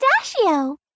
pistachio